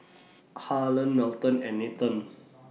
Harlan Melton and Nathen